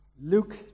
Luke